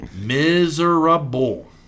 Miserable